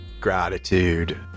gratitude